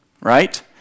right